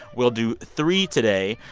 we'll do three today.